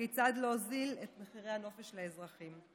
וכיצד להוזיל את הנופש לאזרחים.